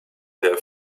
der